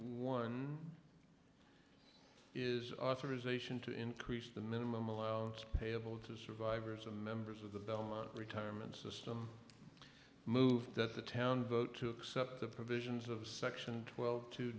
one is authorization to increase the minimum allowed payable to survivors of members of the belmont retirement system moved at the town vote to accept the provisions of section twelve t